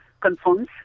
confirms